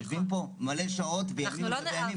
יושבים פה המון שעות וימים,